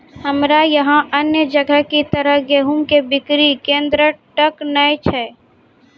हमरा यहाँ अन्य जगह की तरह गेहूँ के बिक्री केन्द्रऽक नैय छैय?